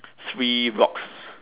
three rocks